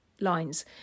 lines